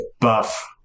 buff